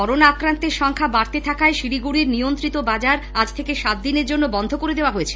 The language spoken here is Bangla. করোনা আক্রান্তের সংখ্যা বাড়তে থাকায় শিলিগুড়ির নিয়ন্ত্রিত বাজার আজ থেকে সাতদিনের জন্য বন্ধ করে দেওয়া হয়েছে